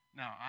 now